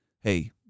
Hey